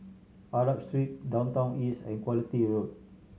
Arab Street Downtown East and Quality Road